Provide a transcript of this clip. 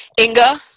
inga